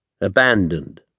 Abandoned